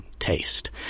taste